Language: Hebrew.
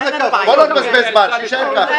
בואו לא נבזבז זמן, שיישאר ככה.